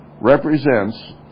represents